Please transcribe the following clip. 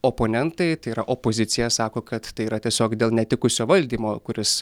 oponentai tai yra opozicija sako kad tai yra tiesiog dėl netikusio valdymo kuris